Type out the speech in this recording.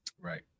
Right